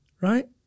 right